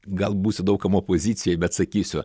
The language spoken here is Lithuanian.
gal būsiu daug kam opozicijoj bet sakysiu